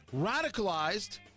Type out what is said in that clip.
Radicalized